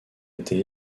été